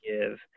give